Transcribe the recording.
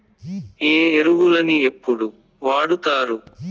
ఏ ఎరువులని ఎప్పుడు వాడుతారు?